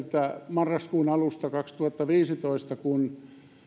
marraskuun alusta kaksituhattaviisitoista kun